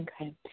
Okay